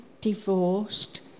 divorced